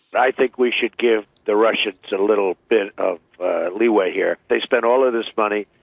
but i think we should give the russians a little bit of leeway here. they spent all of this money.